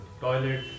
toilet